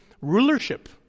rulership